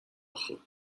خوب